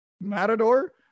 matador